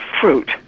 fruit